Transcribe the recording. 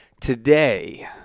Today